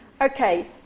Okay